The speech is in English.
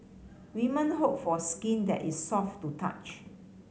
women hope for skin that is soft to touch